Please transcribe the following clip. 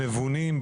מבונים,